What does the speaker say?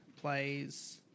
plays